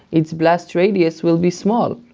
its blast radius will be small.